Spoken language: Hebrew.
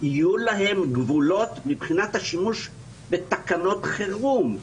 יהיו להם גבולות מבחינת השימוש בתקנות חירום,